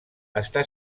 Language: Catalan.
està